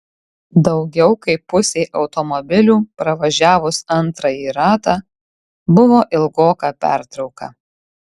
daugiau kaip pusei automobilių pravažiavus antrąjį ratą buvo ilgoka pertrauka